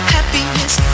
Happiness